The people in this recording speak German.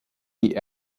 die